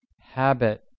habit